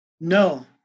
No